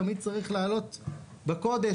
תמיד צריך לעלות בקודש,